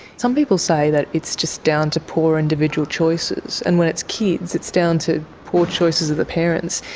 some people say that it's just down to poor individual choices and when it's kids it's down to poor choices of the parents.